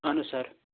اَہَن حظ سَر